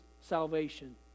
salvation